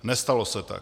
Nestalo se tak.